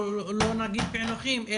או לא נגיד פענוחים,